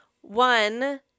One